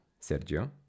Sergio